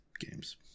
games